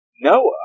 Noah